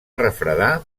refredar